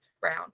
brown